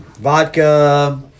vodka